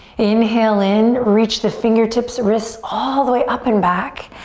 inhale in, reach the fingertips, wrists all the way up and back.